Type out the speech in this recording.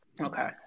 Okay